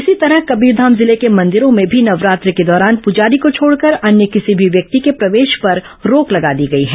इसी तरह कबीरधाम जिले के मंदिरों में भी नवरात्र के दौरान पुजारी को छोड़कर अन्य किसी भी व्यक्ति के प्रवेश पर रोक लगा दी गई है